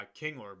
Kingler